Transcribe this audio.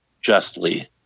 justly